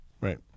Right